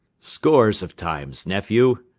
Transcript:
scores of times, nephew.